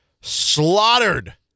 slaughtered